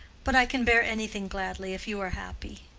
but i can bear anything gladly if you are happy.